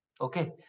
Okay